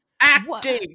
Acting